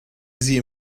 sie